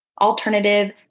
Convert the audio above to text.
alternative